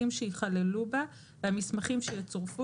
עסקים - למבקש יש רישיון,